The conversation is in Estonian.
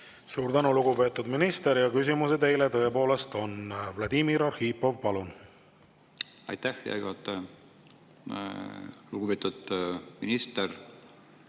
Suur tänu, lugupeetud minister! Küsimusi teile tõepoolest on. Vladimir Arhipov, palun! Aitäh, hea juhataja! Lugupeetud minister!